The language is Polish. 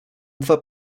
dwa